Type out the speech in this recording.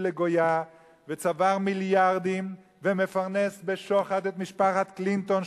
לגויה וצבר מיליארדים ומפרנס בשוחד את משפחת קלינטון,